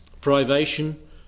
privation